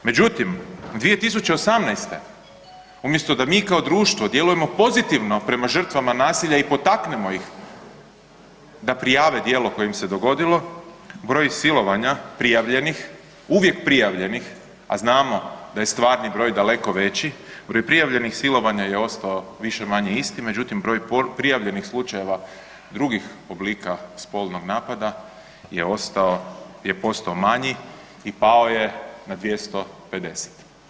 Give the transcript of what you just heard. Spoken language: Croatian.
Međutim, 2018. umjesto da mi kao društvo djelujemo pozitivno prema žrtvama nasilja i potaknemo ih da prijave djelo koje im se dogodilo broj silovanja prijavljenih, uvijek prijavljenih, a znamo da je stvarni broj daleko veći, broj prijavljenih silovanja je ostao više-manje isti, međutim broj prijavljenih slučajeva drugih oblika spolnog napada je ostao, je postao manji i pao je na 250.